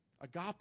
agape